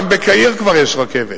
גם בקהיר כבר יש רכבת